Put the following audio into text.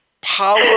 power